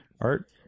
art